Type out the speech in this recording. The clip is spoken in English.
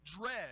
dread